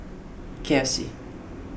K F C